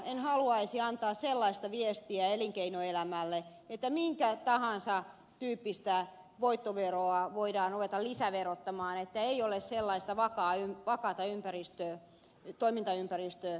en haluaisi antaa sellaista viestiä elinkeinoelämälle että minkä tyyppistä voittoveroa tahansa voidaan ruveta lisäverottamaan että ei ole sellaista vapaa ajan palkkaa tai ympäristö vakaata toimintaympäristöä